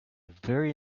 very